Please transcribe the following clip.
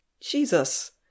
Jesus